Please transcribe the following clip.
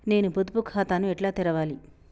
నేను పొదుపు ఖాతాను ఎట్లా తెరవాలి?